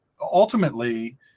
ultimately